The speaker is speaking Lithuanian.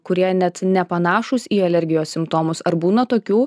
kurie net nepanašūs į alergijos simptomus ar būna tokių